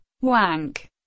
wank